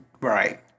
Right